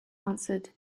answered